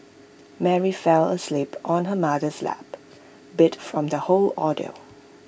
Mary fell asleep on her mother's lap beat from the whole ordeal